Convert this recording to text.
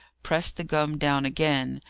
pressed the gum down again,